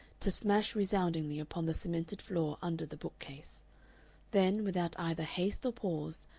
to smash resoundingly upon the cemented floor under the bookcase then, without either haste or pause,